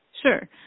Sure